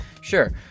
sure